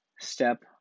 step